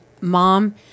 mom